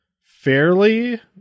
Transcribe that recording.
fairly